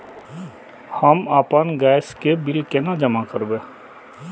हम आपन गैस के बिल केना जमा करबे?